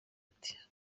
ati